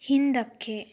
ಹಿಂದಕ್ಕೆ